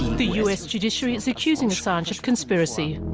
the u s. judiciary is accusing assange of conspiracy.